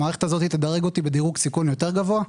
המערכת הזאת תדרג אותי בדירוג סיכון יותר גבוה?